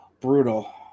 Brutal